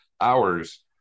hours